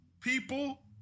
people